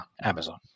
Amazon